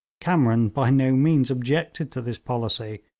kamran by no means objected to this policy,